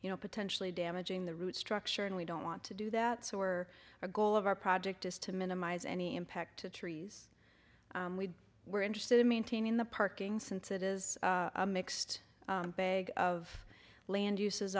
you know potentially damaging the root structure and we don't want to do that so we are a goal of our project is to minimize any impact to trees we were interested in maintaining the parking since it is a mixed bag of land